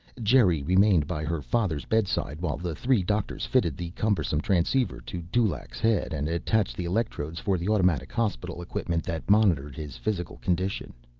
geri remained by her father's bedside while the three doctors fitted the cumbersome transceiver to dulaq's head and attached the electrodes for the automatic hospital equipment that monitored his physical condition.